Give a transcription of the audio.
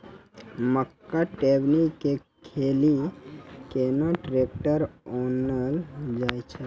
मक्का टेबनी के लेली केना ट्रैक्टर ओनल जाय?